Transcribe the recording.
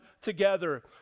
together